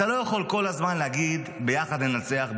אתה לא יכול כל הזמן להגיד ביחד ננצח,